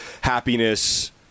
happiness